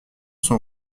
sont